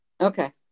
Okay